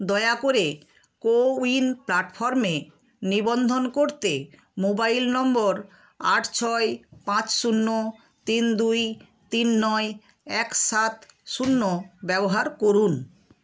দয়া করে কোউইন প্ল্যাটফর্মে নিবন্ধন করতে মোবাইল নম্বর আট ছয় পাঁচ শূন্য তিন দুই তিন নয় এক সাত শূন্য ব্যবহার করুন